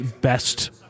best